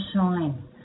shine